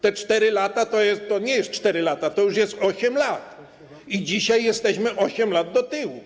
Te 4 lata to nie są 4 lata, to już jest 8 lat i dzisiaj jesteśmy 8 lat do tyłu.